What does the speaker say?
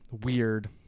weird